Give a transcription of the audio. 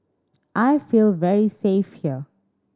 I feel very safe here